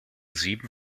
sieben